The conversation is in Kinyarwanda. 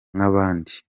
nk’abandi